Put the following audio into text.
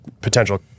potential